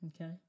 Okay